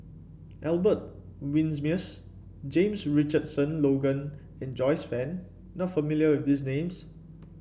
Albert Winsemius James Richardson Logan and Joyce Fan not familiar with these names